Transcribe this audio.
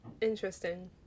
Interesting